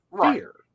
fear